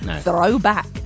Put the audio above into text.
throwback